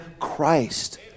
Christ